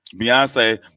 Beyonce